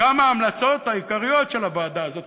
גם ההמלצות העיקריות של הוועדה הזאת,